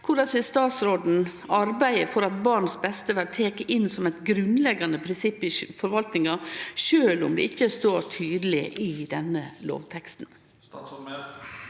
korleis vil statsråden arbeide for at barns beste blir teke inn som eit grunnleggjande prinsipp i forvaltninga, sjølv om det ikkje står tydeleg i denne lovteksten?